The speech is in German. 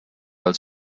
als